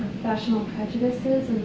professional prejudices